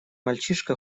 мальчишка